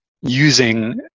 using